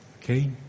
Okay